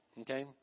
Okay